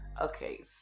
Okay